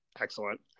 Excellent